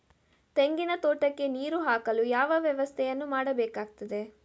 ತೆಂಗಿನ ತೋಟಕ್ಕೆ ನೀರು ಹಾಕಲು ಯಾವ ವ್ಯವಸ್ಥೆಯನ್ನು ಮಾಡಬೇಕಾಗ್ತದೆ?